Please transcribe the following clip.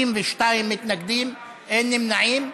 52 מתנגדים, אין נמנעים.